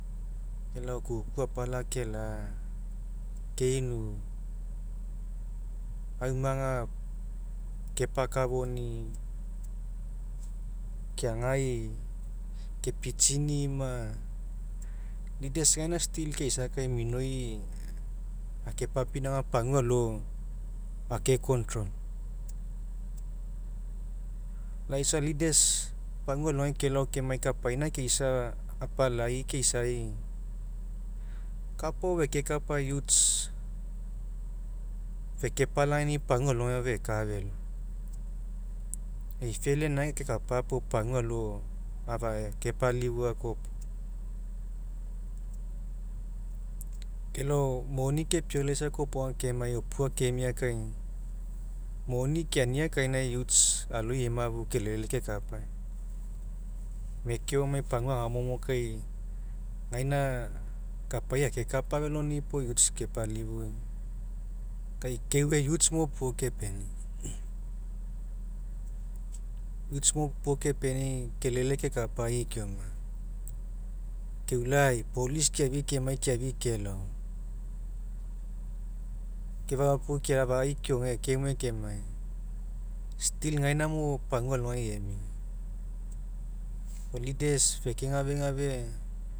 Kelao kuku apala kela'a keinu, aumaga kepakafoni'i keagai kepitsini'i ma leaders gaina still keisa kai minoi akepapinauga pagua alo ake control. Lai isa leaders pagua alo kelao kemai kapaina keisa apalai keisai, kapa ao fekekapa youths fekepalagainii pagua alogai feka felo e'i failure gaina kekapa puo pagua alo afa kepalifua kopoga. Kelao moni kepiaulaisa kopoga kemai opua kemia kai moni keania kainai youths aloi emafu kelele kekapa, mekeo emai pagua agaomo kai gaina kapai akekapa feloni puo youths kepalifua kai keue youths mo puo kepeni'i. Youths mo puo kepeni'i kelele kekapai keoma keulai police keafii kemai keafii kelao, ke fafoko ke afai keoge kemue kemai still gaina mo pagua alogai emia. Puo leaders feke gafegafe